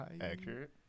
accurate